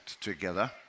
together